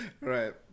Right